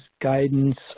guidance